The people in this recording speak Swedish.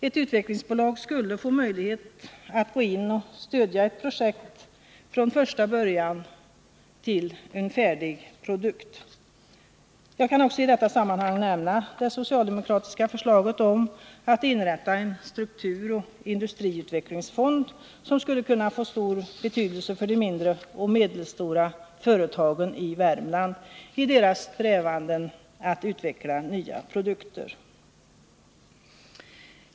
Ett utvecklingsbolag skulle få möjlighet att gå in och stödja ett projekt från första början till färdig produkt. Jag kan i detta sammanhang också nämna det socialdemokratiska förslaget att inrätta en strukturoch industriutvecklingsfond, som skulle kunna få stor betydelse för de mindre och medelstora företagen i Värmland i deras strävanden att utveckla nya produkter.